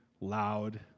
loud